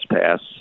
pass